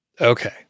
okay